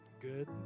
good